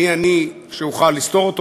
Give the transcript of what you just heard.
מי אני שאוכל לסתור אותו?